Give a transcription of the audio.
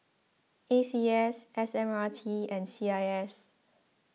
A C S S M R T and C I S